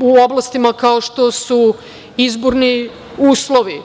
u oblastima kao što su izborni uslovi,